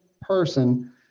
person